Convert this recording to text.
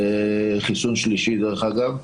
חיסון שלישי, דרך אגב.